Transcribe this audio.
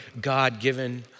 God-given